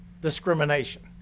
discrimination